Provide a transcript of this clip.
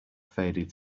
faded